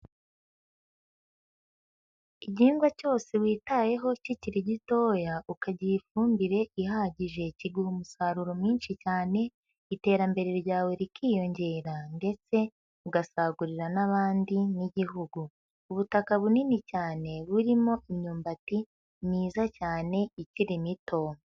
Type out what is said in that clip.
Igihingwa cyose witayeho kikiri gitoya, ukagiha ifumbire ihagije kiguha umusaruro mwinshi cyane, iterambere ryawe rikiyongera ndetse ugasagurira n'abandi n'igihugu. Ubutaka bunini cyane burimo imyumbati myiza cyane ikiri mito.